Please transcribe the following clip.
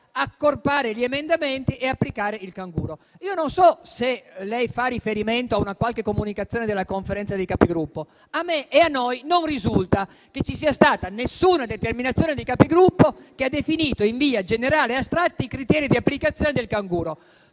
accorpare gli emendamenti e applicare il meccanismo del canguro. Io non so se lei fa riferimento a una qualche comunicazione della Conferenza dei Capigruppo. A noi non risulta che ci sia stata nessuna determinazione della Conferenza dei Capigruppo che ha definito, in via generale e astratta, i criteri di applicazione del meccanismo